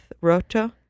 roto